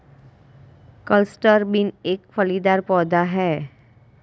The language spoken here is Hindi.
क्लस्टर बीन एक फलीदार पौधा है